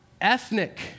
ethnic